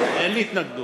אין לי התנגדות.